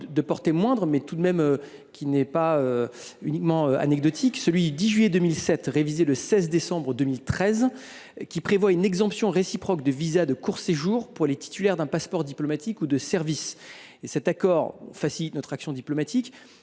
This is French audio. de portée moindre, mais qui n’est pas anecdotique, celui du 10 juillet 2007, révisé le 16 décembre 2013. Ce traité prévoit une exemption réciproque de visas de court séjour pour les titulaires d’un passeport diplomatique ou de service. L’accord facilite notre action diplomatique,